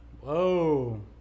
Whoa